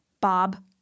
Bob